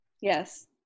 Yes